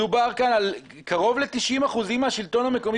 מדובר פה על קרוב ל-90% מהשלטון המקומי